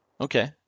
Okay